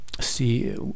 see